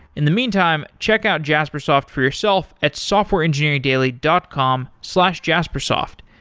in the meantime, check out jaspersoft for yourself at softwareengineeringdaily dot com slash jaspersoft.